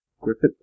Griffith